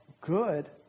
good